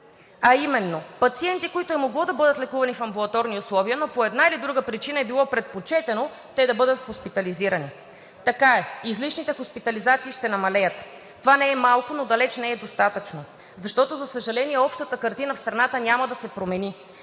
А именно пациенти, които е могло да бъдат лекувани в амбулаторни условия, но по една или друга причина е било предпочетено те да бъдат хоспитализирани. Така е, излишните хоспитализации ще намалеят. Това не е малко, но далеч не е достатъчно, защото, за съжаление, общата картина в страната няма да се промени.